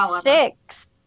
six